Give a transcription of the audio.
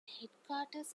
headquarters